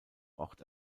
ort